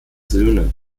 söhne